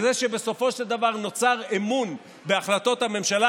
וזה שבסופו של דבר נוצר אמון בהחלטות הממשלה.